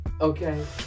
Okay